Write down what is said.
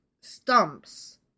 stumps